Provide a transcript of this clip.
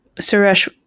Suresh